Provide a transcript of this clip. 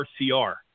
RCR